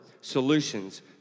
solutions